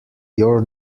your